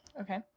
Okay